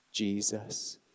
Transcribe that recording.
Jesus